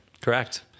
Correct